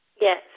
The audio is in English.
Yes